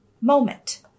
moment